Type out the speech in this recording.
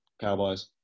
Cowboys